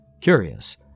Curious